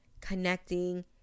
connecting